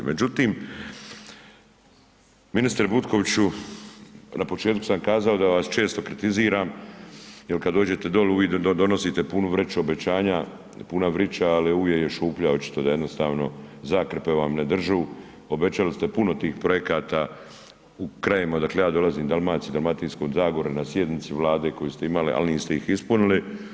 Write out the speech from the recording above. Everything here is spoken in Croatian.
Međutim ministre Butkoviću, na početku sam kazao da vaš često kritiziram jer kad dođete dolje, uvijek nam donosite punu vreću obećanja, puna vreća ali uvijek je šuplja, očito da jednostavno zakrpe ne drže, obećali ste puno tih projekata, u krajevima odakle ja dolazim, Dalmaciji, Dalmatinskoj zagori, na sjednici Vlade koju ste imali niste ih ispunili.